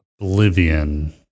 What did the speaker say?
Oblivion